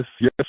yes